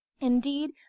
Indeed